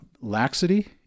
laxity